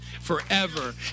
forever